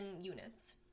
units